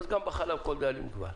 אז גם בחלב כל דאלים גבר.